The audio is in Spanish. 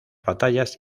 batallas